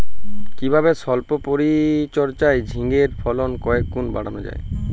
কিভাবে সল্প পরিচর্যায় ঝিঙ্গের ফলন কয়েক গুণ বাড়ানো যায়?